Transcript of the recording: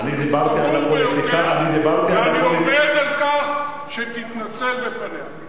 ואני עומד על כך שתתנצל בפניה.